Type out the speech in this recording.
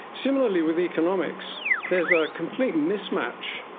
similarly with economics there's a complete mismatch,